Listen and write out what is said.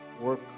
work